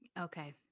Okay